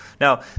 Now